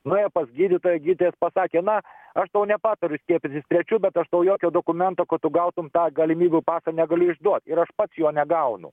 nuėjo pas gydytoją gydytojas pasakė na aš tau nepatariu skiepytis trečiu bet aš tau jokio dokumento kad tu gautum tą galimybių pasą negaliu išduot ir aš pats jo negaunu